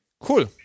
Cool